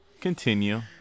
Continue